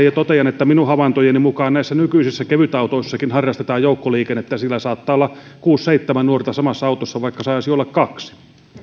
ja totean että minun havaintojeni mukaan näissä nykyisissä kevytautoissakin harrastetaan joukkoliikennettä siellä saattaa olla kuusi seitsemän nuorta samassa autossa vaikka saisi olla kaksi